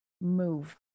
move